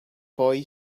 boy